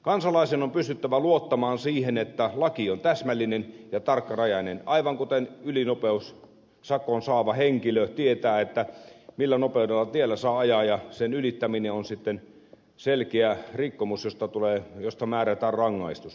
kansalaisen on pystyttävä luottamaan siihen että laki on täsmällinen ja tarkkarajainen aivan kuten ylinopeussakon saava henkilö tietää millä nopeudella tiellä saa ajaa ja sen ylittäminen on sitten selkeä rikkomus josta määrätään rangaistus